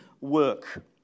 work